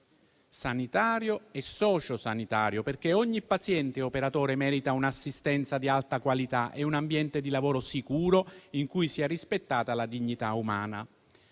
sanitario e sociosanitario, perché ogni paziente, come ogni operatore, merita un'assistenza di alta qualità e un ambiente di lavoro sicuro in cui sia rispettata la dignità umana.